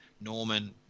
Norman